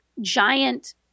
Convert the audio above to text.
giant